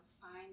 find